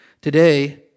today